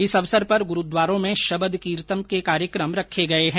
इस अवसर पर गुरूद्वारों में शबद कीर्तन के कार्यक्रम रखे गये हैं